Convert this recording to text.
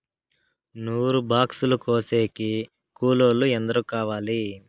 నూరు బాక్సులు కోసేకి కూలోల్లు ఎందరు కావాలి?